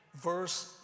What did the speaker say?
verse